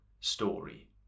story